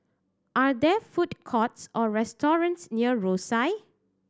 are there food courts or restaurants near Rosyth